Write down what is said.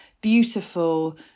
beautiful